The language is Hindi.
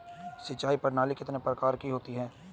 सिंचाई प्रणाली कितने प्रकार की होती हैं?